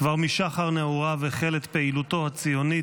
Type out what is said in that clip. כבר משחר נעוריו החל את פעילותו הציונית,